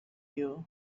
you